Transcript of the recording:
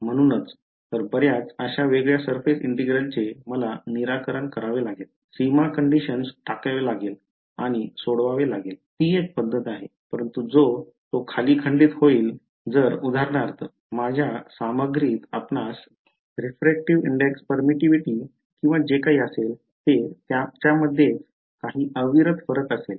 म्हणूनच तर बऱ्याच अशा वेगळ्या surface इंटिग्रल चे मला निराकारण करावे लागेल सीमा कंडिशन्स टाकावे लागेल आणि सोडवावे लागेल ती एक पद्धत आहे परंतु तो खाली खंडित होईल जर उदाहरणार्थ माझ्या सामग्रीत आपणास refractive index permittivity जे काही असेल ते त्याच्यामध्ये काही अविरत फरक असेल